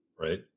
Right